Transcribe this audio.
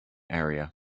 area